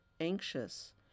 anxious